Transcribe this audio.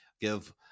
give